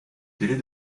délai